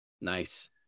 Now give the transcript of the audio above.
Nice